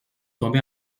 tombé